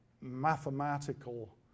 mathematical